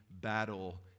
battle